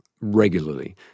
regularly